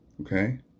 okay